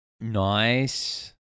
Nice